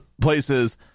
places